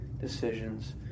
decisions